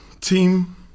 team